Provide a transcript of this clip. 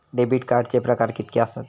Debit कार्डचे प्रकार कीतके आसत?